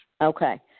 Okay